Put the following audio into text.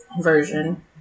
version